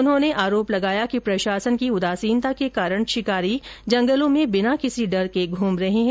उन्होंने आरोप लगाया कि प्रशासन की उदासीनता के कारण शिकारी जंगलों में बिना किसी डर के घूम रहे है